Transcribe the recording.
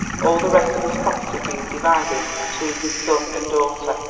all the rest of his property being divided between his son and daughter.